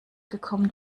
gekommen